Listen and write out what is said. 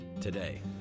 today